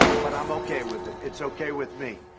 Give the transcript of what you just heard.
but i'm okay with it. it's okay with me.